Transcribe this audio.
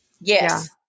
Yes